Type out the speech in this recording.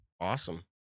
Awesome